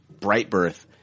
Brightbirth